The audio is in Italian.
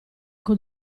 con